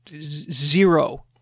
Zero